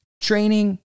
training